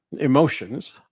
emotions